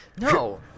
No